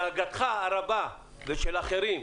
דאגתך ודאגתם הרבה של אחרים